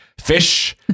fish